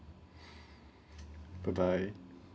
bye bye